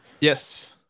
yes